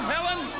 Helen